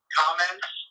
comments